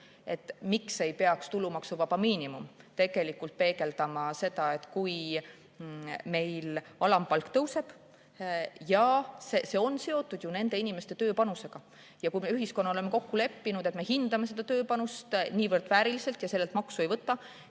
Miks ei peaks tulumaksuvaba miinimum peegeldama seda, kui alampalk tõuseb? See on ju seotud nende inimeste tööpanusega. Kui me ühiskonnana oleme kokku leppinud, et me hindame seda tööpanust niivõrd vääriliselt ja sellelt maksu ei võta,